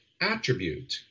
attribute